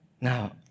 Now